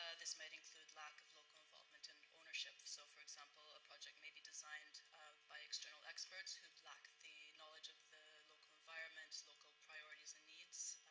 ah this might include lack of local involvement and ownership. so for example, a project may be designed by external experts who lack the knowledge of the local environments, local priorities and needs,